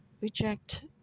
reject